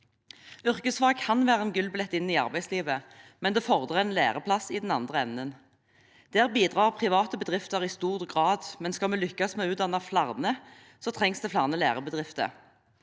Yrkesfag kan være en gullbillett inn i arbeidslivet, men det fordrer en læreplass i den andre enden. Der bidrar private bedrifter i stor grad, men skal vi lykkes med å utdanne flere, trengs det flere lærebedrifter.